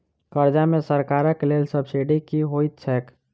कर्जा मे सरकारक देल सब्सिडी की होइत छैक?